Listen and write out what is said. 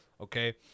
Okay